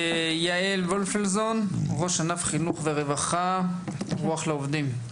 יעל וולפנזון, ראש ענף חינוך ורווחה, כוח לעובדים.